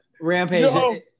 Rampage